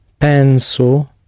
Penso